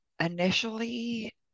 initially